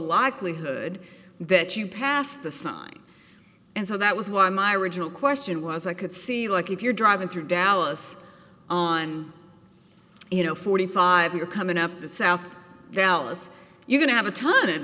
likelihood that you pass the sign and so that was why my original question was i could see like if you're driving through dallas on you know forty five you're coming up the south dallas you're going to have a ton